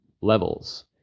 levels